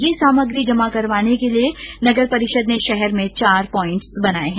यह सामग्री जमा करवाने के लिए नगर परिषद ने शहर में चार प्वाईट्स बनाये है